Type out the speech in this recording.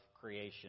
creation